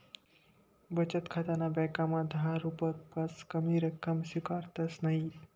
बचत खाताना ब्यांकमा दहा रुपयापक्सा कमी रक्कम स्वीकारतंस नयी